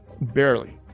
Barely